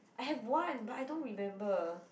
I have one but I don't remember